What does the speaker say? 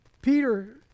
Peter